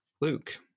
Luke